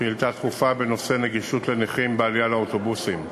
שאילתה דחופה בנושא נגישות לנכים בעלייה לאוטובוסים.